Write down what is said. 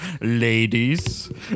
Ladies